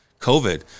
COVID